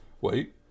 Wait